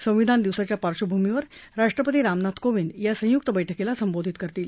संविधान दिवसाच्या पार्श्वभूमीवर राष्ट्रपती रामनाथ कोविंद या संयुक बैठकीला संबोधित करतील